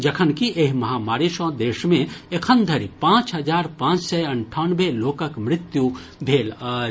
जखनकि एहि महामारी सँ देश मे एखन धरि पांच हजार पांच सय अन्डानवें लोकक मृत्यु भेल अछि